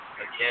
Again